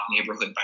neighborhood